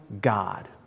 God